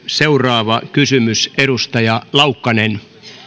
seuraava kysymys edustaja laukkanen